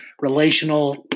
relational